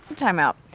time out.